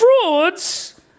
Frauds